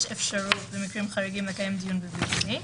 יש אפשרות במקרים חריגים לקיים דיון ב-VC.